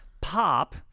pop